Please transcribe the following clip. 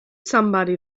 somebody